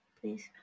please